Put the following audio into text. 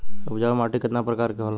उपजाऊ माटी केतना प्रकार के होला?